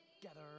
together